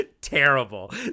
terrible